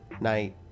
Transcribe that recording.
night